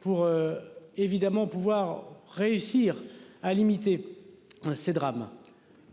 Pour. Évidemment, pouvoir réussir à limiter hein ces drames.